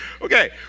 Okay